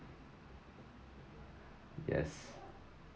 yes